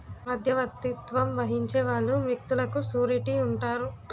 మధ్యవర్తిత్వం వహించే వాళ్ళు వ్యక్తులకు సూరిటీ ఉంటారు